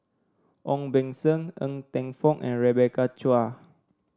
Ong Beng Seng Ng Teng Fong and Rebecca Chua